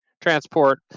transport